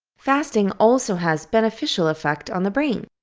fasting also has beneficial effect on the brain.